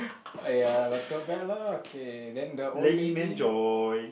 !aiya! but too bad lah okay then the old lady